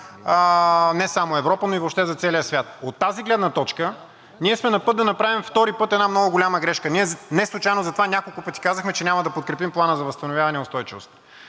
не само за Европа, но и въобще за целия свят. От тази гледна точка сме на път да направим втори път една много голяма грешка. Ние неслучайно няколко пъти казахме, че няма да подкрепим Плана за възстановяване и устойчивост.